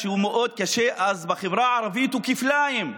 שהוא מאוד קשה, אז בחברה הערבית הוא כפליים,